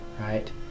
right